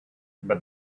but